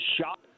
shot